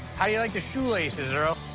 how do you like the shoelaces, earl?